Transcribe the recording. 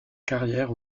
carrière